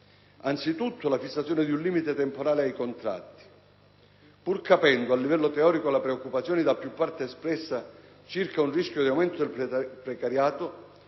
sottolineo la fissazione di un limite temporale ai contratti: pur capendo, a livello teorico, le preoccupazioni da più parti espresse circa un rischio di aumento del precariato,